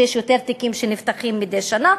שנפתחים יותר תיקים מדי שנה,